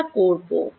আমরা করব